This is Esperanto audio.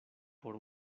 por